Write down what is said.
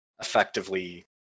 effectively